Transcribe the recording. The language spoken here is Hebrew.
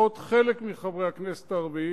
לפחות חלק מחברי הכנסת הערבים,